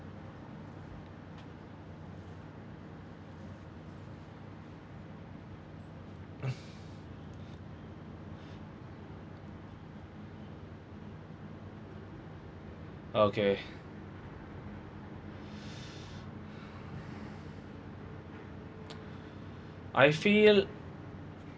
okay I feel